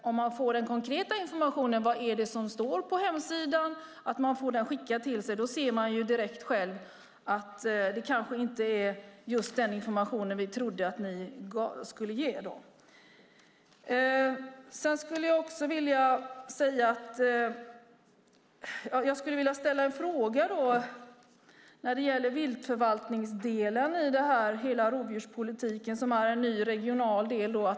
Om man får den konkreta informationen om vad det är som står på hemsidan skickad till sig ser man direkt själv att det kanske inte är just den informationen man trodde att de skulle ge. Jag skulle vilja ställa en fråga när det gäller viltförvaltningsdelen i rovdjurspolitiken, som är en ny regional del.